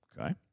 Okay